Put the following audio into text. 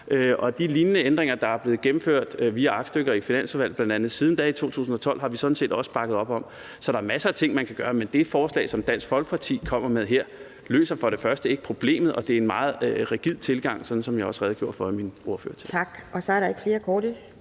De lignende ændringer, der er blevet gennemført via aktstykker i Finansudvalget siden da, har vi sådan set også bakket op om. Så der er masser af ting, man kan gøre. Men det forslag, som Dansk Folkeparti kommer med her, løser ikke problemet, og det er en meget rigid tilgang, sådan som jeg også redegjorde for i min ordførertale.